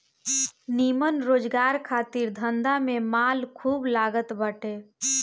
निमन रोजगार खातिर धंधा में माल खूब लागत बाटे